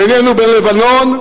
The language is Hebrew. בינינו ובין לבנון,